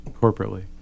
corporately